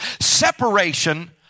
Separation